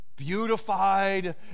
Beautified